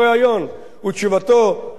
ותשובתו הנכונה,